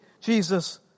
Jesus